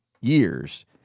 years